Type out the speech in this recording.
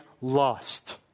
lost